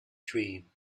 dream